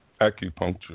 acupuncture